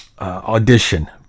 Audition